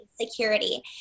security